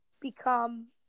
become